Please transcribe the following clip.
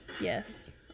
Yes